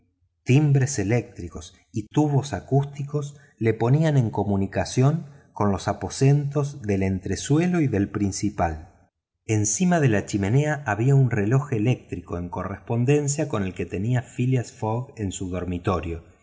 timbres eléctricos y tubos acústicos le ponían en comunicación con los aposentos del entresuelo y del principal encima de la chimenea había un reloj eléctrico en correspondencia con el que tenía phileas fogg en su dormitorio